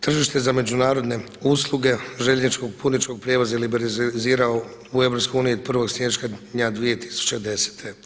Tržište za međunarodne usluge željezničkog putničkog prijevoza liberalizirao u EU od 1. siječnja 2010.